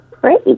Great